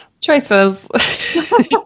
choices